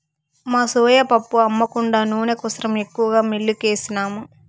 మా సోయా పప్పు అమ్మ కుండా నూనె కోసరం ఎక్కువగా మిల్లుకేసినాము